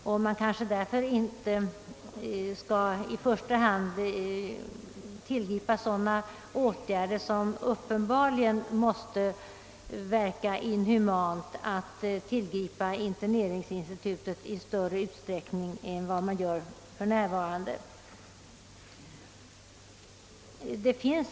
Man skall kanske därför inte i första hand tillgripa sådana åtgärder som uppenbarligen måste verka inhumana, t.ex. att använda interneringsinstitutet i större utsträckning än vad man för närvarande gör.